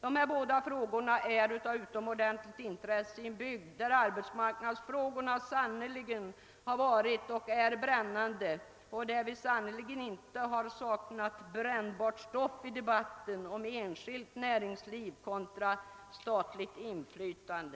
Dessa båda frågor är av utomordentligt intresse i en bygd där arbetsmarknadsfrågorna sannerligen har varit och är brännande och där det verkligen inte har saknats brännbart stoff i debatten om enskilt näringsliv kontra statligt inflytande.